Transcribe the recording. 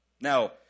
Now